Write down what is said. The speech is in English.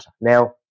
Now